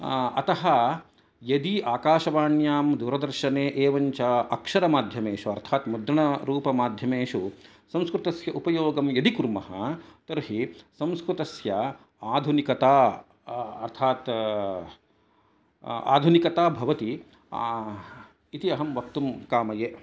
अतः यदि आकाशवाण्यां दूरदर्शने एवञ्च अक्षरमाध्यमेषु अर्थात् मुद्रणरूपमाध्यमेषु संस्कृतस्य उपयोगं यदि कुर्मः तर्हि संस्कृतस्य आधुनिकता अर्थात् आधुनिकता भवति इति अहं वक्तुं कामये